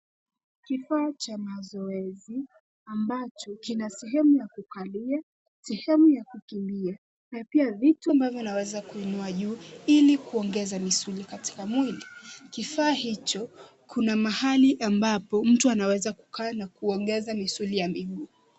Kifaa cha mazoezi ambacho kina sehemu ya kukalia, sehemu ya kutulia na pia vitu ambavyo vinaweza kuinua juu ili kuongeza misuli katika mwili. Kifaa hicho kuna mahali ambapo mtu anaweza kukaa na kuongeza misuli ya miguu.